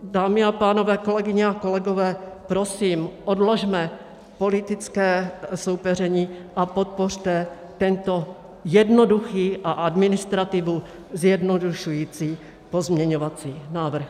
Dámy a pánové, kolegyně, kolegové, prosím, odložme politické soupeření a podpořte tento jednoduchý a administrativu zjednodušující pozměňovací návrh.